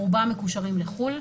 מקושרים לחו"ל.